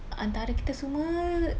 antara kita semua